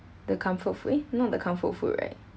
the comfort food eh no the comfort food right